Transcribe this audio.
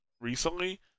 recently